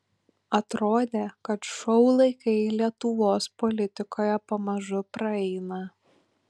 atrodė kad šou laikai lietuvos politikoje pamažu praeina